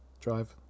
drive